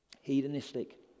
Hedonistic